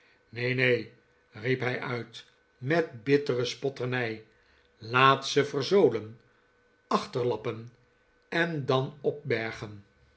neen neen riep hij uit met bittere spotternij laat ze verzoolen achterlappen en dan opbergen